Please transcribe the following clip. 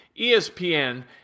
ESPN